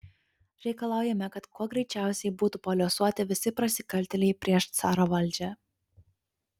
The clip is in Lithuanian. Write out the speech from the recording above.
reikalaujame kad kuo greičiausiai būtų paliuosuoti visi prasikaltėliai prieš caro valdžią